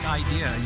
idea